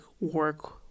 work